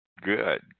Good